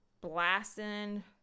blasting